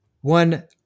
one